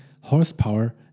horsepower